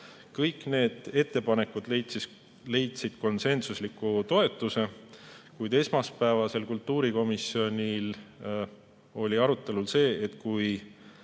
Kõik need ettepanekud leidsid konsensusliku toetuse. Kuid esmaspäevasel kultuurikomisjoni istungil oli arutelul see, et kui